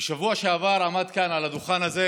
בשבוע שעבר עמד כאן על הדוכן הזה